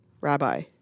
Rabbi